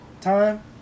time